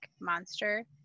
monster